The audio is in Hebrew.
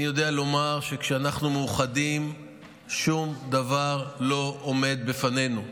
אני יודע לומר שכשאנחנו מאוחדים שום דבר לא עומד בפנינו.